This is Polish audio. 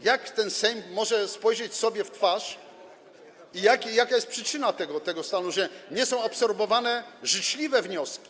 Jak ten Sejm może spojrzeć sobie w twarz i jaka jest przyczyna tego stanu, że nie są absorbowane życzliwe wnioski?